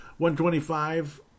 125